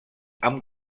amb